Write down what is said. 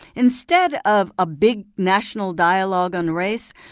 instead of a big national dialogue on race,